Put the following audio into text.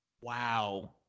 Wow